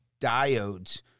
diodes